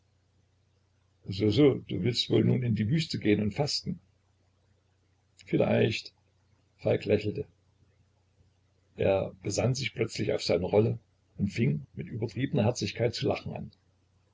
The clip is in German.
so so du willst wohl nun in die wüste gehen und fasten vielleicht falk lächelte er besann sich plötzlich auf seine rolle und fing mit übertriebener herzlichkeit zu lachen an